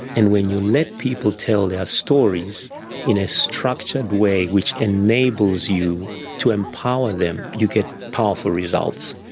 and when you let people tell their stories in a structured way which enables you to empower them, you get powerful results.